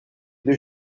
deux